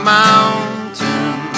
mountain